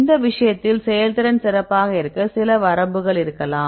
இந்த விஷயத்தில் செயல்திறன் சிறப்பாக இருக்க சில வரம்புகள் இருக்கலாம்